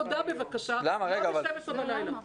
ובבקשה בשעות העבודה ולא בשתים עשרה בלילה.